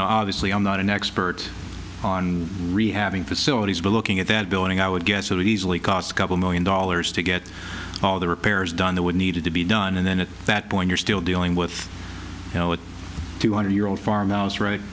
know obviously i'm not an expert on rehabbing facilities but looking at that building i would guess it would easily cost a couple million dollars to get all the repairs done the wood needed to be done and then at that point you're still dealing with a two hundred year old farmhouse right